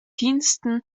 diensten